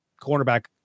cornerback